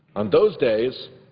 on those days,